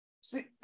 see